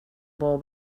war